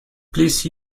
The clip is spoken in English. please